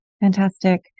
Fantastic